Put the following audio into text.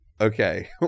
Okay